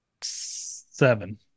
seven